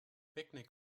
picnic